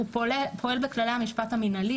הוא פועל בכללי המשפט המינהלי,